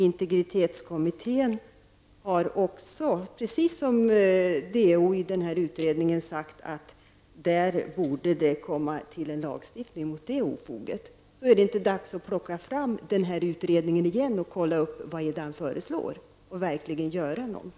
Integritetskommittén har också, precis som DO i denna utredning, sagt att det borde tillkomma en lagstiftning mot detta ofog. Är det inte dags för regeringen att plocka fram denna utredning igen och se vad han föreslår och verkligen göra något?